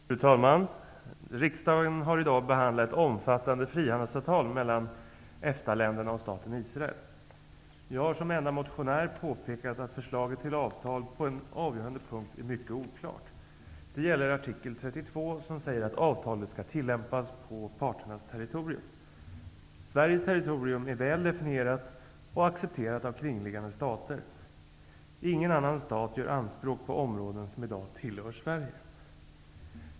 Fru talman! Riksdagen har i dag att behandla ett omfattande frihandelsavtal mellan EFTA-länderna och staten Israel. Jag har som enda motionär påpekat att förslaget till avtal på en avgörande punkt är mycket oklart. Det gäller artikel 32, som säger att avtalet skall tillämpas på parternas territorium. Sveriges territorium är väl definierat och accepterat av kringliggande stater. Ingen annan stat gör anspråk på områden som i dag tillhör Sverige.